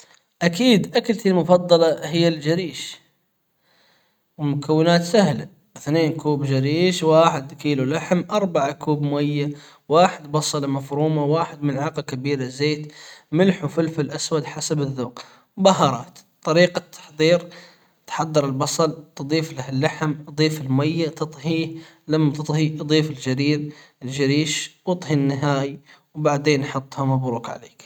أكيد اكلتي المفضلة هي الجريش ومكونات سهلة اثنين كوب جريش واحد بكيلو لحم اربعة كوب ماية واحد بصلة مفرومة واحد ملعقة كبيرة زيت ملح وفلفل أسود حسب الذوق بهارات طريقة تحضير تحضر البصل تضيف له اللحم تضيف الميه تطهيه لم تطهيه تضيف الجريش واطهي النهاي وبعدين حطها مبروك عليك.